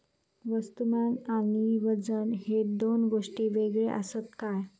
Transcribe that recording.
वस्तुमान आणि वजन हे दोन गोष्टी वेगळे आसत काय?